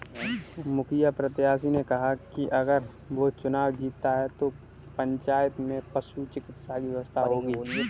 मुखिया प्रत्याशी ने कहा कि अगर वो चुनाव जीतता है तो पंचायत में पशु चिकित्सा की व्यवस्था होगी